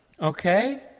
Okay